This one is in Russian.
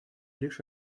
лишь